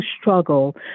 struggle